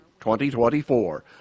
2024